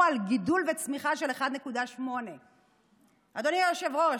על גידול וצמיחה של 1.8%. אדוני היושב-ראש,